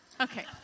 Okay